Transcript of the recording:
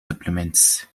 supplements